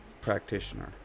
practitioner